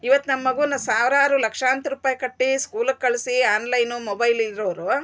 ಇವತ್ ನಮ್ ಮಗುನ ಸಾವ್ರಾರು ಲಕ್ಷಾಂತರ್ರುಪಾಯಿ ಕಟ್ಟಿ ಸ್ಕೂಲ್ಗ್ ಕಳ್ಸಿ ಆನ್ಲೈನು ಮೊಬೈಲು ಇರೋರು